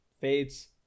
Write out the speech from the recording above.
fades